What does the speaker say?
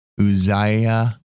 Uzziah